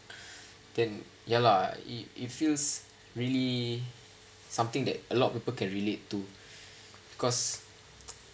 then ya lah it it feels really something that a lot of people can relate to because